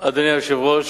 אדוני היושב-ראש,